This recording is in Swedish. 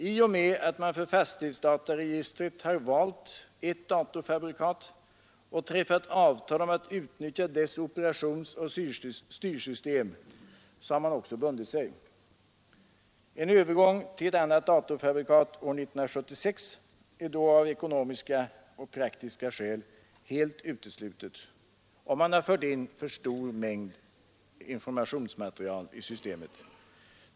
I och med att man för fastighetsdataregistret har valt ett datorfabrikat och träffat avtal om att utnyttja dess operationsoch styrsystem har man också bundit sig. En övergång till ett annat datorfabrikat år 1976 är då av ekonomiska och praktiska skäl helt utesluten om man har fört in för stor mängd informationsmaterial i systemet.